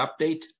Update